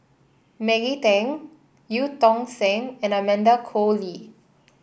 Maggie Teng Eu Tong Sen and Amanda Koe Lee